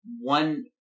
one